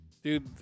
Dude